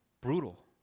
brutal